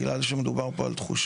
רק בגלל שמדובר פה על תחושות,